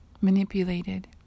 manipulated